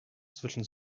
zwischen